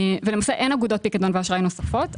למעשה, אין אגודות פיקדון ואשראי נוספות.